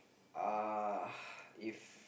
uh if